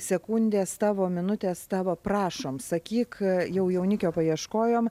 sekundės tavo minutės tavo prašom sakyk jau jaunikio paieškojom